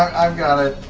i've got it.